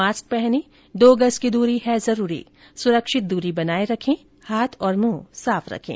mask पहनें दो गज की दूरी है जरूरी सुरक्षित दूरी बनाए रखें हाथ और मुंह साफ रखें